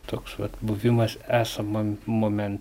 toks vat buvimas esamam momente